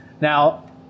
Now